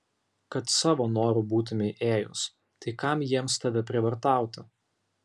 kad savo noru būtumei ėjus tai kam jiems tave prievartauti